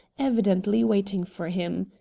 evidently waiting for him.